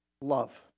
Love